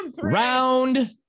round